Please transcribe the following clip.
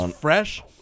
fresh